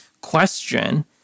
question